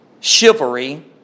chivalry